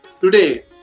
today